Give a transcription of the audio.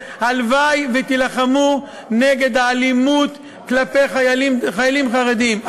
הלוואי שתילחמו נגד האלימות כלפי חיילים חרדים,